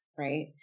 Right